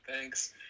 Thanks